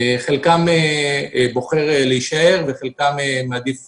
חלקם בוחר להישאר וחלקם מעדיף